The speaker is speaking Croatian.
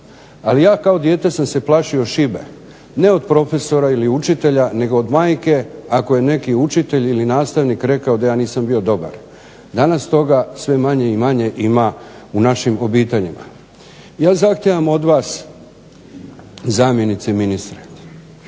Ali, ja kao dijete sam se plašio šibe, ne od profesora ili učitelja nego od majke ako je neki učitelj ili nastavnik rekao da ja nisam bio dobar. Danas toga sve manje i manje ima u našim obiteljima. Ja zahtijevam od vas zamjenice ministra